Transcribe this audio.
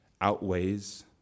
outweighs